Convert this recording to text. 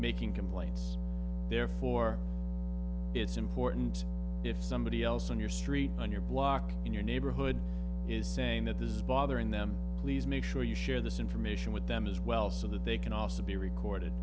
making complaints therefore it's important if somebody else on your street on your block in your neighborhood is saying that this is bothering them please make sure you share this information with them as well so that they can also be recorded